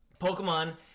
Pokemon